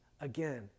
again